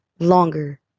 longer